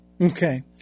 Okay